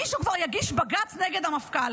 מישהו כבר יגיש בג"ץ נגד המפכ"ל.